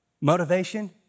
Motivation